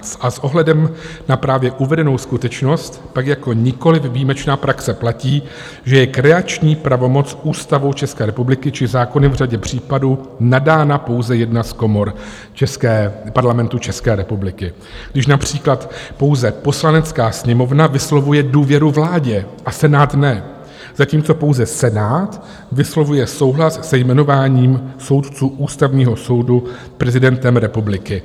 A s ohledem na právě uvedenou skutečnost tak jako nikoliv výjimečná praxe platí, že je kreační pravomocí Ústavou České republiky či zákony v řadě případů nadána pouze jedna z komor Parlamentu České republiky, když například pouze Poslanecká sněmovna vyslovuje důvěru vládě a Senát ne, zatímco pouze Senát vyslovuje souhlas se jmenováním soudců Ústavního soudu prezidentem republiky.